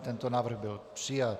Tento návrh byl přijat.